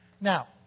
Now